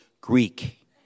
Greek